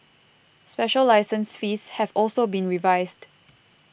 special license fees have also been revised